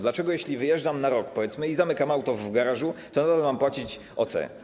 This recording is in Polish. Dlaczego jeśli wyjeżdżam na rok, powiedzmy, i zamykam auto w garażu, to nadal mam płacić OC?